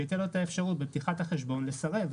שייתן לו את האפשרות בפתיחת החשבון לסרב.